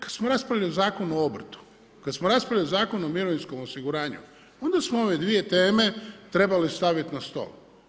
Kad smo raspravljali o Zakonu o obrtu, kad smo raspravljali o Zakonu o mirovinskog osiguranju, onda smo ove dvije teme trebali staviti na stol.